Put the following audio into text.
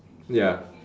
ya